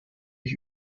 ich